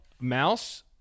Mouse